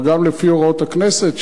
אבל גם לפי הוראות הכנסת,